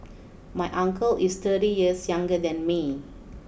my uncle is thirty years younger than me